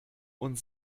und